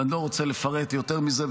ואני לא רוצה לפרט יותר מזה,